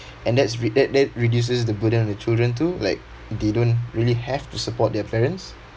and that's re~ that that reduces the burden on the children too like they don't really have to support their parents